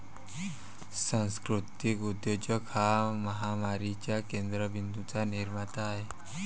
सांस्कृतिक उद्योजक हा महामारीच्या केंद्र बिंदूंचा निर्माता आहे